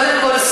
קודם כול,